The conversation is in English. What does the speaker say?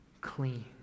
clean